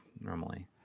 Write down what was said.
normally